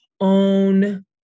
own